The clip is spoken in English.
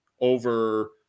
over